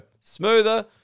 Smoother